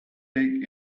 dig